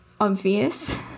obvious